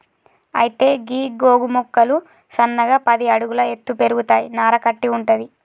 అయితే గీ గోగు మొక్కలు సన్నగా పది అడుగుల ఎత్తు పెరుగుతాయి నార కట్టి వుంటది